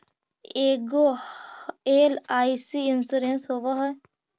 ऐगो LIC insurance होव है?